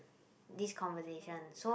this conversation so